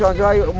w